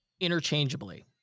interchangeably